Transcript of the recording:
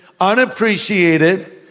unappreciated